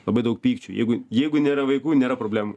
labai daug pykčio jeigu jeigu nėra vaikų nėra problemų